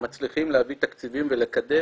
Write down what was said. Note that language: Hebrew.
הם מצליחים להביא תקציבים ולקדם.